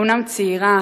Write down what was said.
אומנם צעירה,